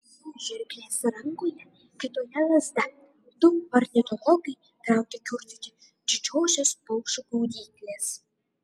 žirklės rankoje kitoje lazda du ornitologai traukia kiurdyti didžiosios paukščių gaudyklės